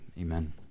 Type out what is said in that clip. Amen